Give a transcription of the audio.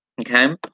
Okay